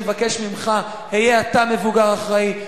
אני מבקש ממך: היה אתה מבוגר אחראי.